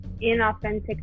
Inauthentic